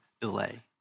delay